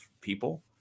people